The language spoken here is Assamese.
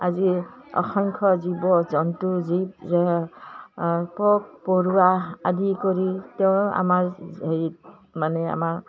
আজি অসংখ্য জীৱ জন্তু জীৱ পোক পৰুৱা আদি কৰি তেওঁ আমাৰ হেৰিত মানে আমাৰ